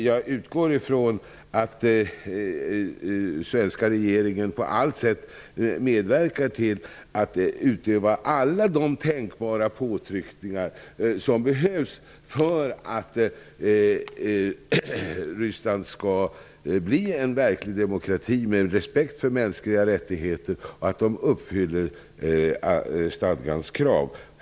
Jag utgår ifrån att den svenska regeringen på alla sätt medverkar till att utöva alla tänkbara påtryckningar för att Ryssland skall bli en verklig demokrati med respekt för mänskliga rättigheter och uppfylla Europarådets krav.